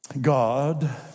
God